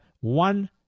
one